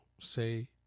say